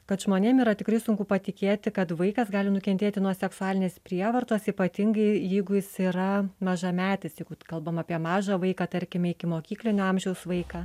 kad žmonėm yra tikrai sunku patikėti kad vaikas gali nukentėti nuo seksualinės prievartos ypatingai jeigu jis yra mažametis jeigu kalbam apie mažą vaiką tarkime ikimokyklinio amžiaus vaiką